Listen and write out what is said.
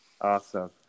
Awesome